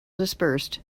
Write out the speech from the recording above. dispersed